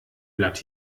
blatt